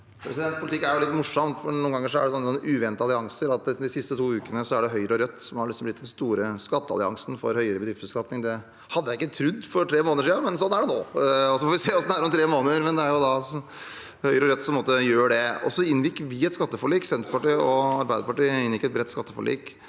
Poli- tikk er litt morsomt, og noen ganger er det slik at man har noen uventede allianser. De siste to ukene er det Høyre og Rødt som liksom har blitt den store skattealliansen for høyere bedriftsbeskatning. Det hadde jeg ikke trodd for tre måneder siden, men sånn er det nå. Så får vi se hvordan det er om tre måneder, men det er altså Høyre og Rødt som gjør det. Vi inngikk et skatteforlik. Senterpartiet og Arbeiderpartiet inngikk et bredt skatteforlik